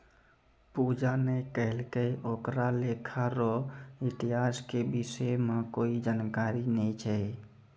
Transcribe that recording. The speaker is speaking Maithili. पूजा ने कहलकै ओकरा लेखा रो इतिहास के विषय म कोई जानकारी नय छै